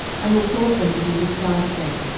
and will cause them to be discharged there,